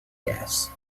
gas